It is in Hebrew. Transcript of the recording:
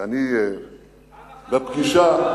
שאני בפגישה,